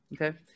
Okay